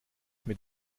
mit